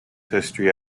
history